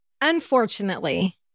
unfortunately